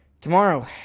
tomorrow